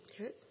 Okay